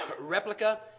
replica